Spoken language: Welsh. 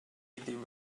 ddim